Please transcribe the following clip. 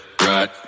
right